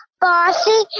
bossy